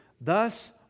Thus